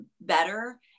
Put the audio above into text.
better